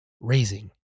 Raising